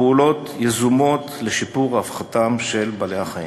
לפעולות יזומות לשיפור רווחתם של בעלי-החיים.